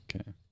Okay